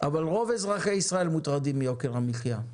אבל רוב אזרחי ישראל מוטרדים מיוקר המחיה,